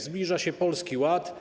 Zbliża się Polski Ład.